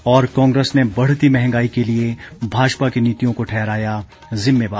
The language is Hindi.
और कांग्रेस ने बढ़ती महंगाई के लिए भाजपा की नीतियों को ठहराया जिम्मेवार